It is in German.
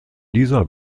dieser